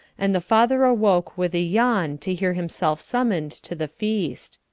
and the father awoke with a yawn to hear himself summoned to the feast.